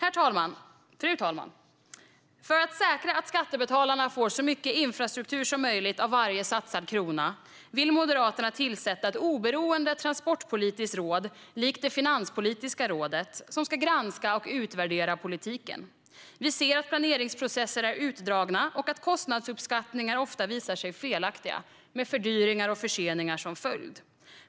Fru talman! För att säkra att skattebetalarna får så mycket infrastruktur som möjligt av varje satsad krona vill Moderaterna tillsätta ett oberoende transportpolitiskt råd, likt Finanspolitiska rådet, som ska granska och utvärdera politiken. Vi ser att planeringsprocesser är utdragna och att kostnadsuppskattningar ofta visar sig vara felaktiga, med fördyringar och förseningar som följd.